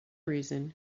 reason